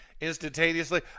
instantaneously